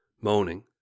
moaning